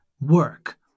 work